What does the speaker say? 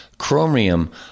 Chromium